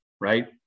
right